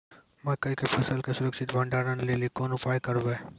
मकई के फसल के सुरक्षित भंडारण लेली कोंन उपाय करबै?